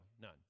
none